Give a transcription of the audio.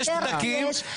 יש פתקים,